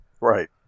Right